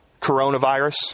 coronavirus